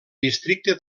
districte